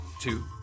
Two